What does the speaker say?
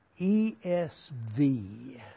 ESV